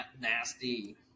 nasty